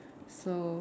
so